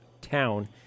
town